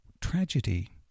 tragedy